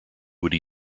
woody